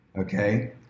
okay